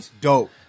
dope